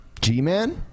G-Man